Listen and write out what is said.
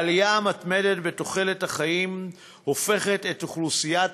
העלייה המתמדת בתוחלת החיים הופכת את אוכלוסיית